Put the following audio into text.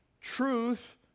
truth